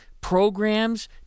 programs